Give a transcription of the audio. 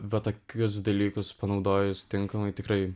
va tokius dalykus panaudojus tinkamai tikrai